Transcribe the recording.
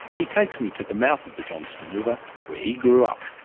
he takes me to the mouth of the johnstone river where he grew up.